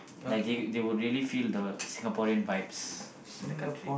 like they they will really feel the Singaporeans vibes in the country